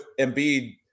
Embiid